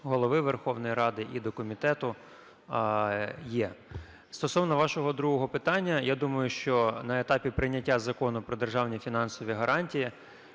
Голови Верховної Ради і до комітету є. Стосовно вашого другого питання. Я думаю, що на етапі прийняття закону про державні фінансові гарантії